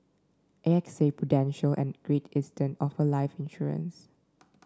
A X A Prudential and Great Eastern offer life insurance